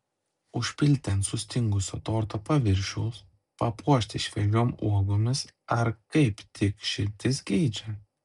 užpilti ant sustingusio torto paviršiaus papuošti šviežiom uogomis ar kaip tik širdis geidžia